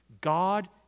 God